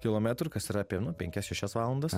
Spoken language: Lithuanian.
kilometrų kas yra apie nu penkias šešias valandas